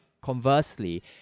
Conversely